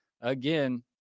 again